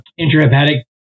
intrahepatic